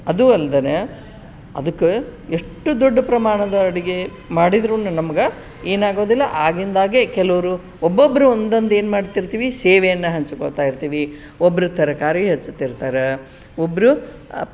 ಅದೂ ಅಲ್ದೇನೆ ಅದಕ್ಕೆ ಎಷ್ಟು ದೊಡ್ಡ ಪ್ರಮಾಣದ ಅಡುಗೆ ಮಾಡಿದ್ರೂನು ನಮ್ಗೆ ಏನಾಗೋದಿಲ್ಲ ಆಗಿಂದಾಗೆ ಕೆಲವರು ಒಬ್ಬೊಬ್ಬರು ಒಂದೊಂದು ಏನು ಮಾಡ್ತಿರ್ತೀವಿ ಸೇವೆಯನ್ನು ಹಂಚ್ಕೊತಾ ಇರ್ತೀವಿ ಒಬ್ಬರು ತರಕಾರಿ ಹೆಚ್ಚಿತಿರ್ತಾರ ಒಬ್ಬರು